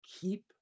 keep